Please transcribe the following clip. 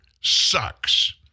sucks